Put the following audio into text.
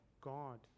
God